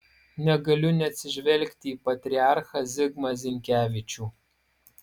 negaliu neatsižvelgti į patriarchą zigmą zinkevičių